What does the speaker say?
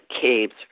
caves